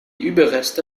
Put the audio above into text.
überreste